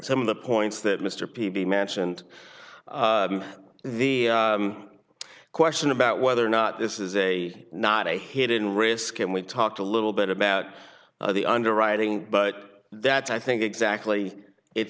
some of the points that mr p b mentioned the question about whether or not this is a not a hidden risk and we talked a little bit about the underwriting but that i think exactly it